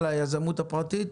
על היזמות הפרטית?